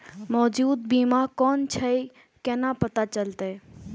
मौजूद बीमा कोन छे केना पता चलते?